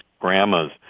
grandmas